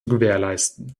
gewährleisten